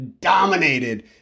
dominated